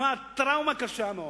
תקופת טראומה קשה מאוד